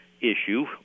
issue